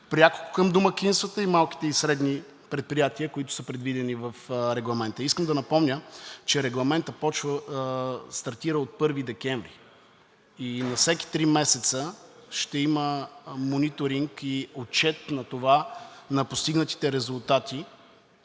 пряко към домакинствата и малките и средните предприятия, които са предвидени в Регламента? Искам да напомня, че Регламентът стартира от 1 декември и на всеки три месеца ще има мониторинг и отчет на постигнатите резултати